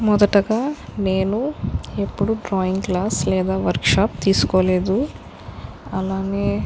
మొదటగా నేను ఎప్పుడు డ్రాయింగ్ క్లాస్ లేదా వర్క్ షాప్ తీసుకోలేదు అలానే